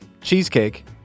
cheesecake